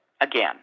again